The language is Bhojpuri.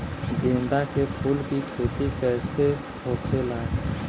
गेंदा के फूल की खेती कैसे होखेला?